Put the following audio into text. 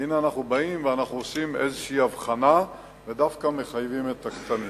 והנה אנחנו באים ועושים איזו הבחנה ומחייבים דווקא את הקטנים.